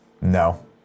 No